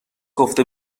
گفته